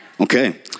Okay